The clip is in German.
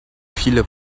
viele